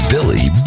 Billy